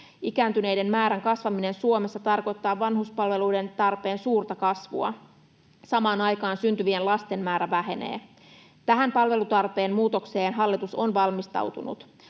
Ikääntyneiden määrän kasvaminen Suomessa tarkoittaa vanhuspalveluiden tarpeen suurta kasvua. Samaan aikaan syntyvien lasten määrä vähenee. Tähän palvelutarpeen muutokseen hallitus on valmistautunut.